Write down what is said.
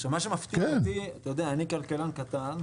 עכשיו מה שמפתיע אותי, אתה יודע, אני כלכלן קטן.